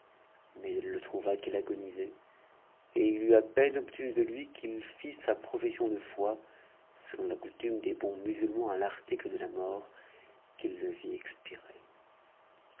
mais il le trouva qu'il agonisait t it eut à peine obtenu de lui qu'il fit sa profession de foi selon la coutume des bons musulmans à l'article de la mort qu'il le vit expirer